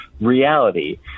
reality